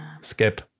skip